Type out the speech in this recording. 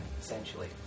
essentially